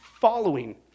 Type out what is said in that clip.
following